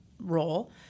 role